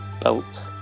belt